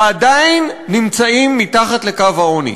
ועדיין נמצאים מתחת לקו העוני.